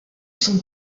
son